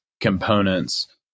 components